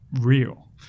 real